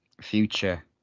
future